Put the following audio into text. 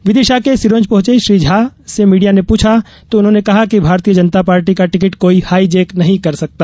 विदिशा के सिरोंज पहुंचे श्री झा से मीडिया ने पूछा तो उन्होंने कहा कि भारतीय जनता पार्टी का टिकट कोई हाईजैक नहीं कर सकता